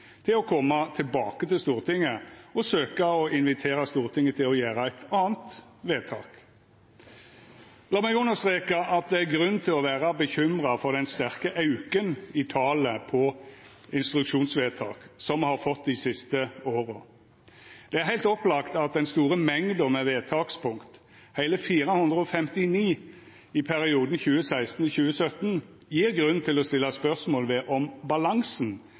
til å koma tilbake til Stortinget og søkja å invitera Stortinget til å gjera eit anna vedtak. Lat meg understreka at det er grunn til å vera bekymra for den sterke auken i talet på instruksjonsvedtak som me har fått dei siste åra. Det er heilt opplagt at den store mengda med vedtakspunkt – heile 459 i perioden 2016–2017 – gjev grunn til å stilla spørsmål ved om balansen